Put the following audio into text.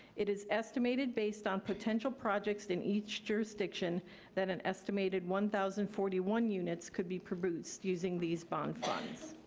it is estimated based on potential projects in each jurisdiction that an estimated one thousand and forty one units could be produced using these bond funds.